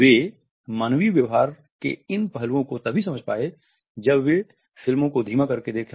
वे मानवीय व्यवहार के इन पहलुओं को तभी समझ पाए जब वे फिल्मों को धीमा करके देखा